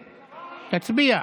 תצביע.